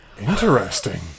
Interesting